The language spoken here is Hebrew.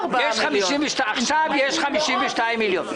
עכשיו יש 52 מיליון.